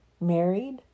Married